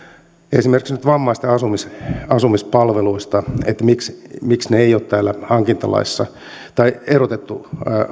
esimerkiksi nyt näistä vammaisten asumispalveluista että miksi ne eivät ole täällä hankintalaissa tai ehdotettu